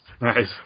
Nice